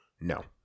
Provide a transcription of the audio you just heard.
No